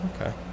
okay